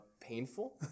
painful